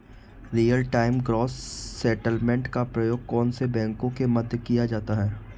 Real time gross settlement का प्रयोग कौन से बैंकों के मध्य किया जाता है?